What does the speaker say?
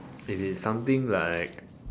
it is something like